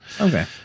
Okay